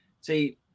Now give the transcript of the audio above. See